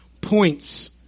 points